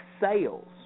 sales